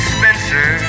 Spencer